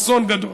אסון גדול,